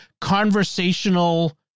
conversational